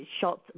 shot